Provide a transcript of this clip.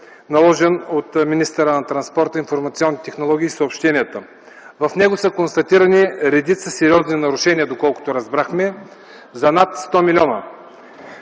наложен от министъра на транспорта, информационните технологии и съобщенията. В него са констатирани редица сериозни нарушения, доколкото разбрахме, за над 100 млн.